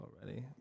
already